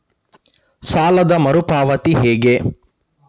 ಸಾಲದ ಮರು ಪಾವತಿ ಹೇಗೆ?